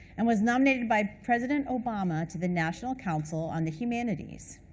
and was nominated by president obama to the national council on the humanities.